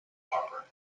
harper